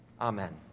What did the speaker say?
Amen